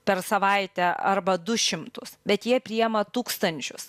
per savaitę arba du šimtus bet jie priima tūkstančius